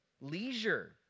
leisure